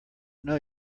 know